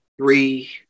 three